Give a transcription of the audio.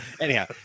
anyhow